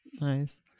Nice